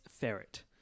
Ferret